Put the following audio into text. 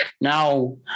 now